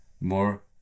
more